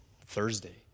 Thursday